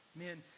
man